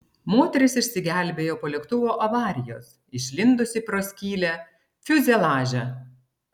moteris išsigelbėjo po lėktuvo avarijos išlindusi pro skylę fiuzeliaže